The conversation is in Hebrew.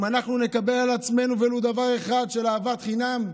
אם אנחנו נקבל על עצמנו ולו דבר אחד של אהבת חינם,